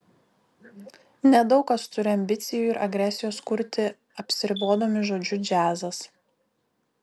nedaug kas turi ambicijų ir agresijos kurti apsiribodami žodžiu džiazas